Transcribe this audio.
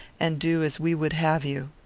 and do as we would have you.